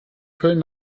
köln